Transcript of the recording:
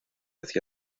hacia